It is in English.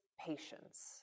patience